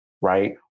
right